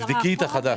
תבדקי את החדש.